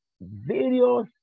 various